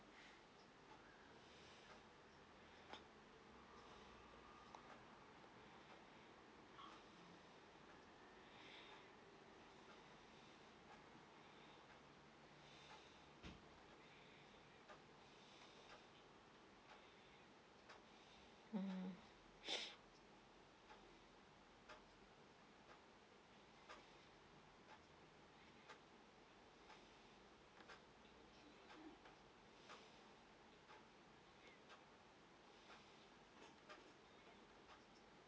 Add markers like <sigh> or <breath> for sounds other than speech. mm <breath>